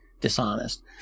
dishonest